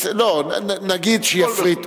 לא, נגיד שיפריטו.